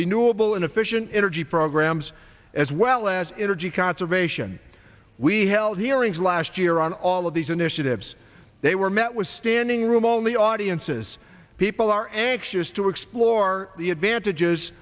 renewable and efficient energy programs as well as energy conservation we held hearings last year on all of these initiatives they were met with standing room only audiences people are anxious to explore the advantages